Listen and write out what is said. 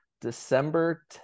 december